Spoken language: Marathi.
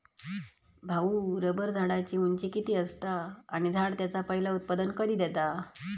भाऊ, रबर झाडाची उंची किती असता? आणि झाड त्याचा पयला उत्पादन कधी देता?